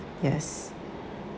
yes